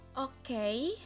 Okay